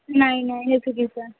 नाही नाही हे चुकीचं